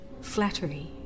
flattery